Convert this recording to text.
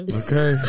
okay